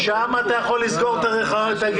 שם אתה יכול לסגור את הגירעון.